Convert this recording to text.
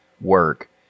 work